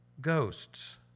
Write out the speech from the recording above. ghosts